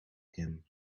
him